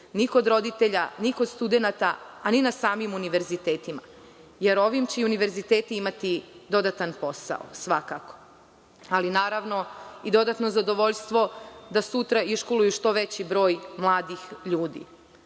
ni kod roditelja, ni kod studenata, a ni na samim univerzitetima. Ovim će univerziteti imati dodatan posao, svakako, ali naravno i dodatno zadovoljstvo da sutra iškoluju što veći broj mladih ljudi. Ono